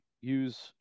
use